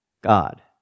God